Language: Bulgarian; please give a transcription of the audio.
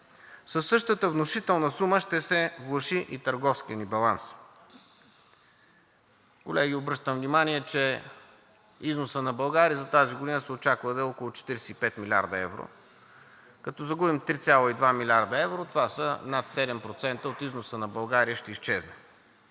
Със същата внушителна сума ще се влоши и търговският ни баланс. Колеги, обръщам внимание, че износът на България за тази година се очаква да е около 45 млрд. евро. Като загубим 3,2 млрд. евро, над 7% от износа на България ще изчезне.